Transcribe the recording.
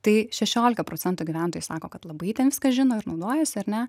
tai šešiolika procentų gyventojų sako kad labai ten viską žino ir naudojasi ar ne